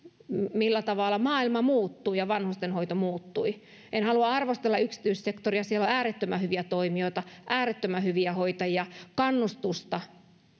millä tavalla maailma muuttui ja vanhusten hoito muuttui en halua arvostella yksityissektoria siellä on äärettömän hyviä toimijoita äärettömän hyviä hoitajia kannustusta